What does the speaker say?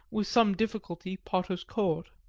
with some difficulty, potter's court.